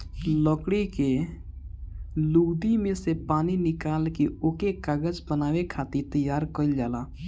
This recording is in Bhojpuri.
लकड़ी के लुगदी में से पानी निकाल के ओके कागज बनावे खातिर तैयार कइल जाला